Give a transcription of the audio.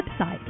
website